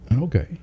Okay